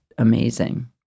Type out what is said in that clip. Amazing